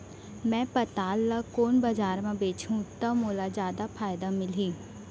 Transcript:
मैं पताल ल कोन बजार म बेचहुँ त मोला जादा फायदा मिलही?